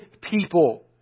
people